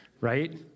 right